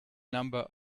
number